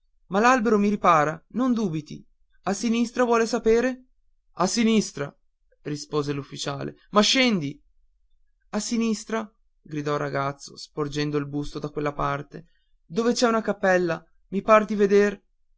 ma l'albero mi ripara non dubiti a sinistra vuole sapere a sinistra rispose l'ufficiale ma scendi a sinistra gridò il ragazzo sporgendo il busto da quella parte dove c'è una cappella mi par di veder